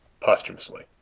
posthumously